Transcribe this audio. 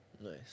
Nice